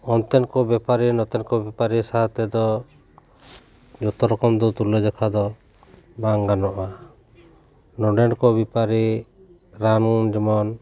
ᱚᱱᱛᱮᱱ ᱠᱚ ᱵᱮᱯᱟᱨᱤᱭᱟᱹ ᱱᱚᱛᱮᱱ ᱠᱚ ᱵᱮᱯᱟᱨᱤᱭᱟᱹ ᱥᱟᱶ ᱛᱮᱫᱚ ᱡᱚᱛᱚ ᱨᱚᱠᱚᱢ ᱫᱚ ᱛᱩᱞᱟᱹᱡᱚᱠᱷᱚ ᱫᱚ ᱵᱟᱝ ᱜᱟᱱᱚᱜᱼᱟ ᱱᱚᱸᱰᱮᱱ ᱠᱚ ᱵᱮᱯᱟᱨᱤ ᱨᱟᱱ ᱡᱮᱢᱚᱱ